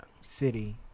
city